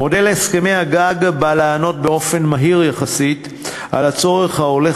מודל הסכמי הגג בא לענות באופן מהיר יחסית על הצורך ההולך